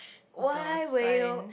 why will